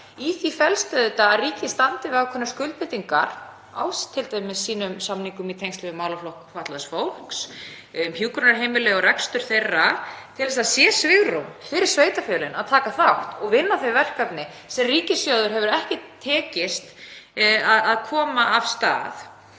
Í því felst auðvitað að ríkið standi við ákveðnar skuldbindingar, t.d. á sínum samningum í tengslum við málaflokk fatlaðs fólks, um hjúkrunarheimili og rekstur þeirra, til að svigrúm sé fyrir sveitarfélögin að taka þátt og vinna þau verkefni sem ríkissjóði hefur ekki tekist að koma af stað.